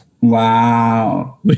wow